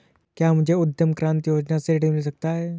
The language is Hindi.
क्या मुझे उद्यम क्रांति योजना से ऋण मिल सकता है?